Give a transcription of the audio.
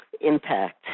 impact